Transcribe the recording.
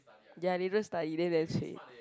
ya they don't study then damn cui